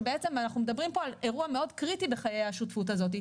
שבעצם אנחנו מדברים פה על אירוע מאוד קריטי בחיי השותפות הזאת,